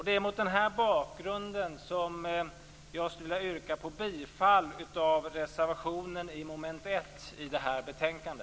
Det är mot den här bakgrunden som jag yrkar bifall till reservationen under mom. 1 i detta betänkande.